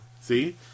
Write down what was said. See